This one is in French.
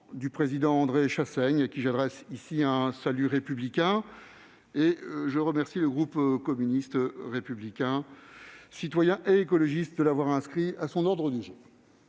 du président André Chassaigne, auquel j'adresse un salut républicain. Permettez-moi de remercier le groupe communiste républicain citoyen et écologiste de l'avoir inscrit à son ordre du jour